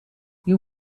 you